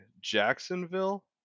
Jacksonville